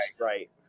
right